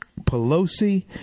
Pelosi